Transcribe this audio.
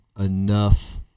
enough